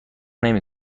نمی